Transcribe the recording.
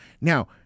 Now